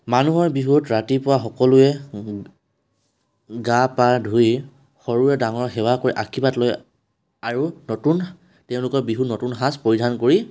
মানুহৰ বিহুত ৰাতিপুৱা সকলোৱে গা পা ধুই সৰুৱে ডাঙৰক সেৱা কৰি আশীৰ্বাদ লয় আৰু নতুন তেওঁলোকৰ বিহুত নতুন সাজ পৰিধান কৰি